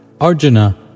Arjuna